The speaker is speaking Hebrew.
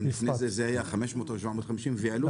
גם לפני כן זה היה 500 או 750, והעלו את זה.